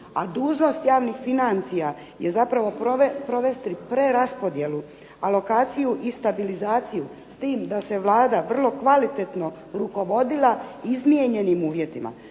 a dužnost javnih financija je zapravo provesti preraspodjelu, alokaciju i stabilizaciju s tim da se Vlada vrlo kvalitetno rukovodila izmijenjenim uvjetima.